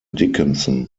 dickinson